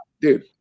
Dude